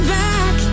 back